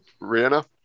Rihanna